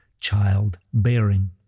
childbearing